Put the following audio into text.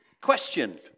Question